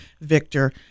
Victor